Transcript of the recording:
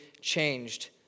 changed